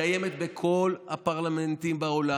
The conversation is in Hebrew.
קיימת בכל הפרלמנטים בעולם.